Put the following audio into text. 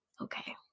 okay